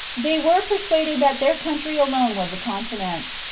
they were persuaded that their country alone was a continent.